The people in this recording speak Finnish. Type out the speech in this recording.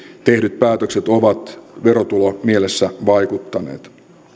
tehdyt päätökset ovat verotulomielessä vaikuttaneet